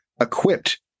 equipped